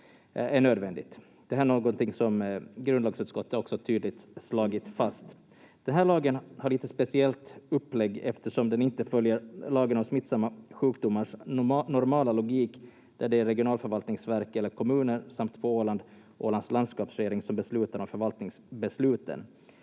nödvändigt. Det här är någonting som grundlagsutskottet också tydligt slagit fast. Den här lagen har lite speciellt upplägg eftersom den inte följer lagen om smittsamma sjukdomars normala logik, där det är regionalförvaltningsverk eller kommuner samt på Åland Ålands landskapsregering som beslutar om förvaltningsbesluten.